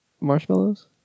Marshmallows